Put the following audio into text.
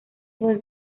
was